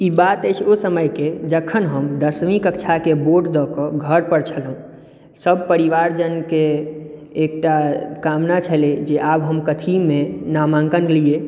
ई बात अछि ओ समयके जखन हम दसवीं कक्षाके बोर्ड दऽ कऽ घर पर छलहुँ सभ परिवार जनकेँ एकटा कामना छलै जे आब हम कथीमे नामाँकन लियै